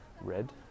red